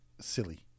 silly